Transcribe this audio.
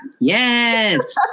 Yes